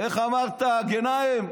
איך אמרת, גנאים?